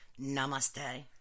Namaste